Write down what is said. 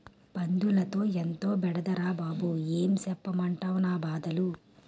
పందులతో ఎంతో బెడదరా బాబూ ఏం సెప్పమంటవ్ నా బాధలు